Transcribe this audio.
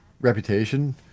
reputation